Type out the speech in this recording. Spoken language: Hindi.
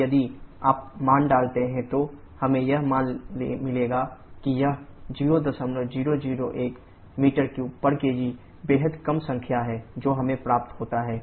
और यदि आप मान डालते हैं तो हमें यह मान मिलेगा कि यह 0001 m3 kg बेहद कम संख्या है जो हमें प्राप्त होता है